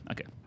Okay